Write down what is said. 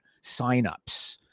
sign-ups